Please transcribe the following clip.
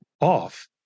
off